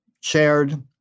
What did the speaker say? shared